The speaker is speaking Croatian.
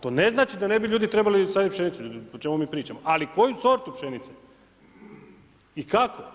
To ne znači da ne bi ljudi trebali saditi pšenicu, o čemu mi pričamo, ali koju sortu pšenice i kako?